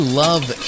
love